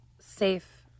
safe